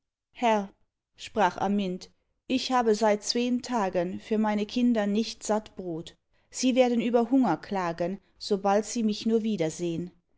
herr sprach amynt ich habe seit zween tagen für meine kinder nicht satt brot sie werden über hunger klagen sobald sie mich nur